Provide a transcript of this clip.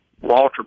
Walter